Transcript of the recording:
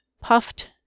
puffed